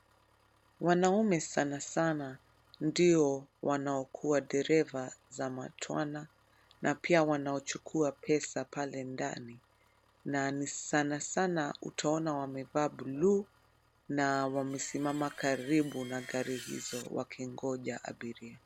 Wanaume sana sana ndio wanaokua dereva za matwana, na pia wanaochukua pesa pale ndani , na ni sana sana utaona wamevaa blue , na wamesimama karibu na gari hizo wakingoja abiria.